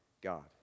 God